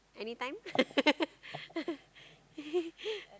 anytime